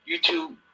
YouTube